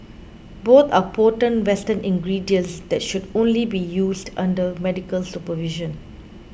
both are potent western ingredients that should only be used under medical supervision